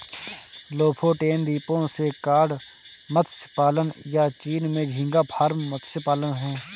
Lofoten द्वीपों से cod मत्स्य पालन, या चीन में झींगा फार्म मत्स्य पालन हैं